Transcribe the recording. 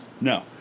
no